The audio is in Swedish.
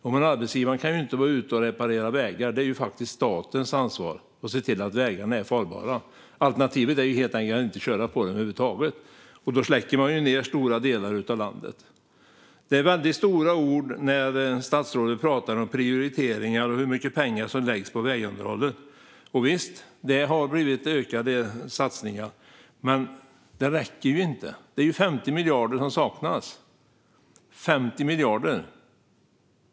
Ja, men arbetsgivaren kan ju inte vara ute och reparera vägar. Det är faktiskt statens ansvar att se till att vägarna är farbara. Alternativet är annars att inte köra på vägarna över huvud taget. Då släcker man ned stora delar av landet. Det är stora ord när statsrådet talar om prioriteringar och hur mycket pengar som läggs på vägunderhållet. Visst, det har blivit ökade satsningar. Men det räcker ju inte! Det är 50 miljarder som saknas.